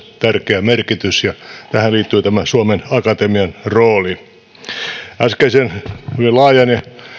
tärkeä merkitys ja tähän liittyy tämä suomen akatemian rooli äskeisen hyvin laajan